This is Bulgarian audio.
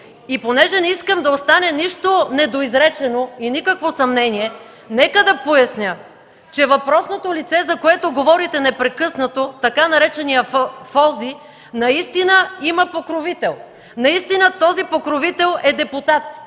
И понеже не искам да остане нищо недоизречено и никакво съмнение, нека да поясня, че въпросното лице, за което говорите непрекъснато – така нареченият Фози, наистина има покровител, наистина този покровител е депутат,